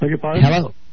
Hello